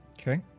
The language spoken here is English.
Okay